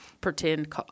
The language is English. pretend